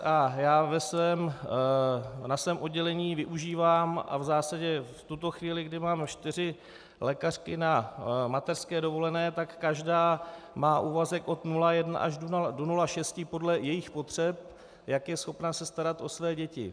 A já na svém oddělení využívám a v zásadě v tuto chvíli, kdy mám čtyři lékařky na mateřské dovolené, tak každá má úvazek od 0,1 až do 0,6 podle jejích potřeb, jak je schopna se starat o své děti.